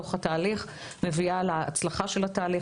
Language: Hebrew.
בתוך התהליך מביאה להצלחה של התהליך,